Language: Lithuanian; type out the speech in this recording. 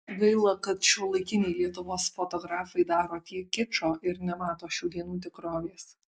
gaila kad šiuolaikiniai lietuvos fotografai daro tiek kičo ir nemato šių dienų tikrovės